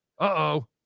Uh-oh